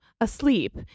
asleep